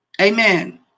Amen